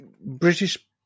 British